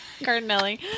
Cardinelli